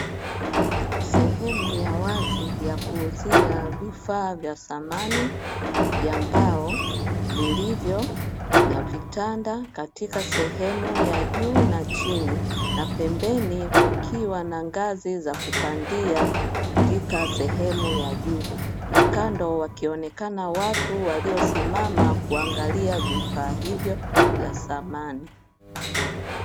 Sehemu ya wazi ya kuuzia vifaa vya samani vya mbao vilivyo na vitanda katika sehemu ya juu na chini, na pembeni kukiwa na ngazi za kupandia katika sehemu ya juu na kando wakionekana watu waliosimama kuanglia vifaa hivyo vya samani.